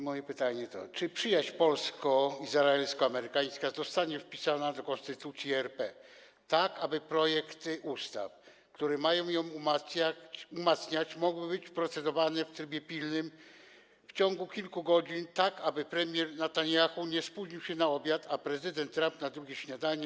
Moje pytanie to: Czy przyjaźń polsko-izraelsko-amerykańska zostanie wpisana do Konstytucji RP, tak aby projekty ustaw, które mają ją umacniać, mogły być procedowane w trybie pilnym w ciągu kilku godzin, tak aby premier Netanjahu nie spóźnił się na obiad, a prezydent Trump na drugie śniadanie?